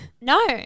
No